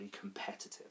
competitive